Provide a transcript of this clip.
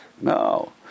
no